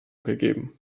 gegeben